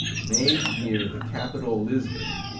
made near the capital, lisbon,